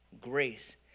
grace